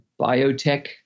biotech